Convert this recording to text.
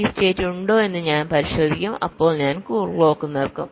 ഈ സ്റ്റേറ്റ് ഉണ്ടോ എന്ന് ഞാൻ പരിശോധിക്കും അപ്പോൾ ഞാൻ ക്ലോക്ക് നിർത്തും